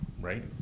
Right